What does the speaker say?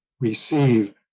receive